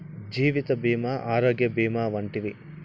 జీవిత భీమా ఆరోగ్య భీమా వంటివి